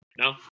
No